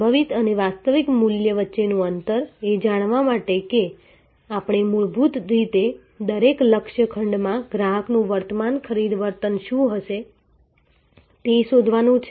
સંભવિત અને વાસ્તવિક મૂલ્ય વચ્ચેનું અંતર એ જાણવા માટે કે આપણે મૂળભૂત રીતે દરેક લક્ષ્ય ખંડમાં ગ્રાહકનું વર્તમાન ખરીદ વર્તન શું છે તે શોધવાનું છે